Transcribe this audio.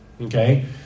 Okay